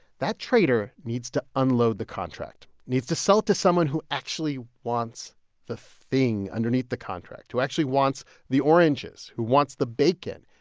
that trader needs to unload the contract, needs to sell it to someone who actually wants the thing underneath the contract, who actually wants the oranges, who wants the bacon,